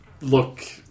look